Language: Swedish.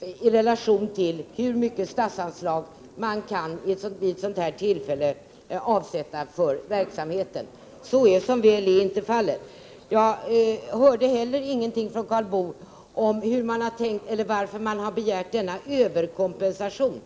efter hur mycket statsanslag man vid ett sådant här tillfälle anser att det kan avsättas för verksamheten. Detta är, som väl är, inte det avgörande. Jag hörde heller ingenting från Karl Boo om varför man har begärt denna överkompensation.